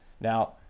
now